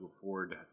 afford